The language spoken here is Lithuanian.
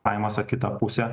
pajamas į kitą pusę